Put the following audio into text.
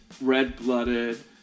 red-blooded